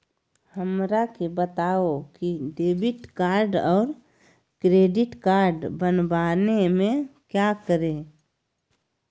हमरा के बताओ की डेबिट कार्ड और क्रेडिट कार्ड बनवाने में क्या करें?